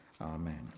Amen